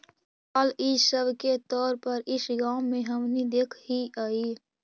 पुआल इ सब के तौर पर इस गाँव में हमनि देखऽ हिअइ